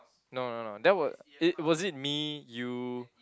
no no no that was it was it me you